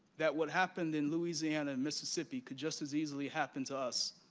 that what happened in louisiana and mississippi could just as easily happen to us.